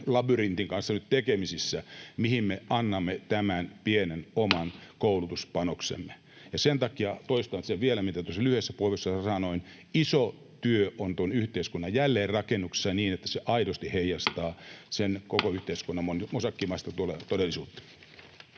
labyrintin kanssa, mihin me annamme tämän pienen oman koulutuspanoksemme. Sen takia toistan vielä sen, mitä tuossa lyhyessä puheenvuorossani sanoin: iso työ on tuon yhteiskunnan jälleenrakennuksessa niin, että se aidosti heijastaa sen koko yhteiskunnan mosaiikkimaista todellisuutta.